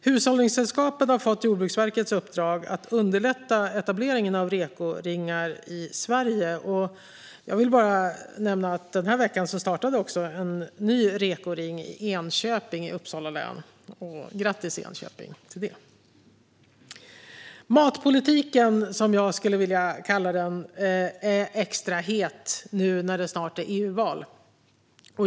Hushållningssällskapet har fått Jordbruksverkets uppdrag att underlätta etableringen av REKO-ringar i Sverige, och jag vill nämna att en ny REKO-ring startades i Enköping i Uppsala län den här veckan. Grattis till det, Enköping! Matpolitiken, som jag skulle vilja kalla den, är extra het nu när det snart är EU-val.